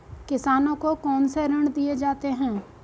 किसानों को कौन से ऋण दिए जाते हैं?